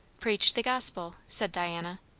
preach the gospel said diana.